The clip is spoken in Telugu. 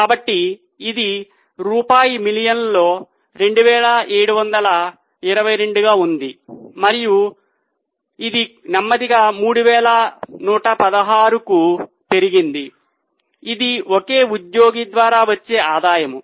కాబట్టి ఇది రూపాయి మిలియన్లలో 2722 గా ఉంది మరియు ఇది నెమ్మదిగా 3116 కు పెరిగింది ఇది ఒకే ఉద్యోగి ద్వారా వచ్చే ఆదాయం